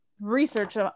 research